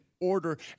order